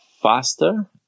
faster